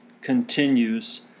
continues